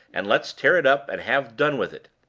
and let's tear it up, and have done with it.